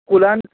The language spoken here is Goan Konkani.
स्कुलान